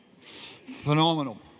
Phenomenal